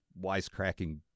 wisecracking